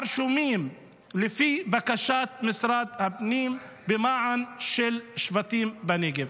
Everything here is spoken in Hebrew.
הרשומים לפי בקשת משרד הפנים במען של שבטים בנגב.